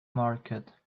market